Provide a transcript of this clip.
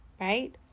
right